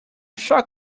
shall